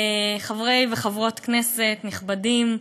חברי וחברות כנסת נכבדים,